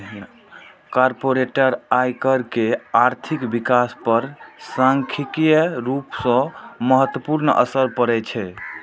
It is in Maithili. कॉरपोरेट आयकर के आर्थिक विकास पर सांख्यिकीय रूप सं महत्वपूर्ण असर पड़ै छै